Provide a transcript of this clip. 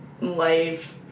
life